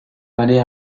palais